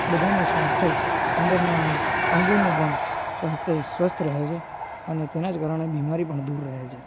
બધાનું સ્વાસ્થ્ય અંદરના અંગોનું પણ સ્વાસ્થ્ય સ્વસ્થ રહે છે અને તેના જ કારણે બીમારી પણ દૂર રહે છે